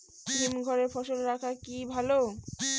হিমঘরে ফসল রাখা কি ভালো?